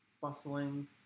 bustling